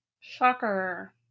shocker